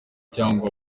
cyangwa